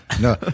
No